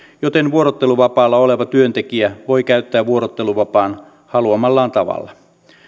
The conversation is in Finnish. joten vuorotteluvapaalla oleva työntekijä voi käyttää vuorotteluvapaan haluamallaan tavalla